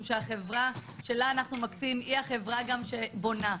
שהחברה שלה אנחנו מקצים היא החברה גם שבונה,